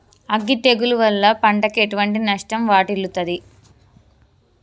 అగ్గి తెగులు వల్ల పంటకు ఎటువంటి నష్టం వాటిల్లుతది?